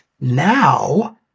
now